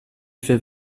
fait